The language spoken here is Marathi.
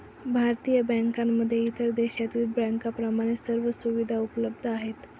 भारतीय बँकांमध्ये इतर देशातील बँकांप्रमाणे सर्व सुविधा उपलब्ध आहेत